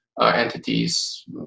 entities